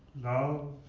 love,